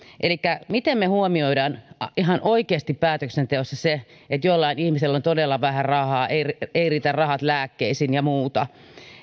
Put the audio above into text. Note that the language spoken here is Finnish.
elikkä miten me huomioimme ihan oikeasti päätöksenteossa sen että jollain ihmisellä on todella vähän rahaa ei ei riitä rahat lääkkeisiin ja muuta